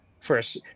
first